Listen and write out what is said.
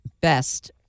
best